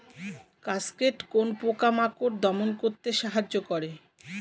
Cascade কোন পোকা মাকড় দমন করতে সাহায্য করে?